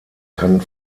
kann